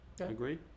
Agree